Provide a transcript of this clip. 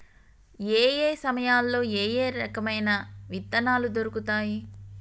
ఏయే సమయాల్లో ఏయే రకమైన విత్తనాలు దొరుకుతాయి?